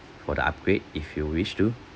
for the upgrade if you wish to